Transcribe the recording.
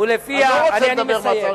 אני לא רוצה לדבר מהצד,